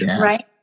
right